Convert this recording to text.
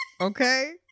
Okay